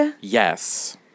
Yes